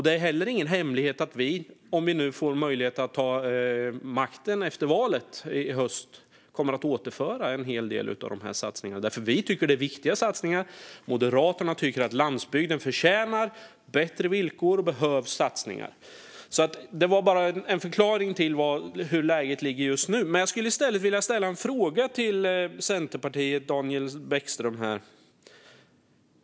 Det är heller ingen hemlighet att vi, om vi nu får möjlighet att ta makten efter valet i höst, kommer att återföra en hel del av dessa satsningar. Vi tycker nämligen att det är viktiga satsningar. Moderaterna tycker att landsbygden förtjänar bättre villkor och behöver satsningar. Det var bara en förklaring till läget just nu. Men jag skulle också vilja ställa en fråga till Centerpartiets Daniel Bäckström.